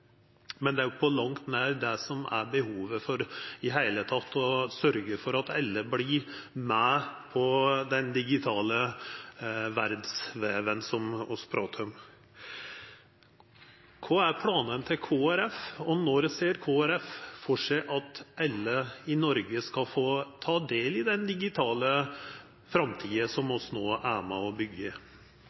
men på langt nær det som er behovet for i det heile å sørgja for at alle vert med på den digitale verdsveven som vi pratar om. Kva er planane til Kristeleg Folkeparti, og når ser Kristeleg Folkeparti for seg at alle i Noreg skal få ta del i den digitale framtida som vi nå er med og